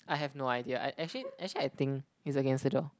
I have no idea I actually actually I think its against the door